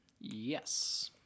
Yes